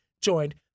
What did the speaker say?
joined